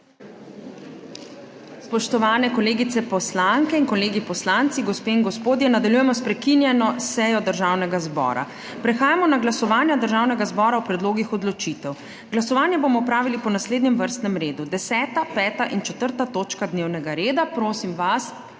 Spoštovani kolegice poslanke in kolegi poslanci, gospe in gospodje! Nadaljujemo s prekinjeno sejo Državnega zbora. Prehajamo na glasovanja Državnega zbora o predlogih odločitev. Glasovanje bomo opravili po naslednjem vrstnem redu: 10., 5. in 4. točka dnevnega reda. Prosim vas,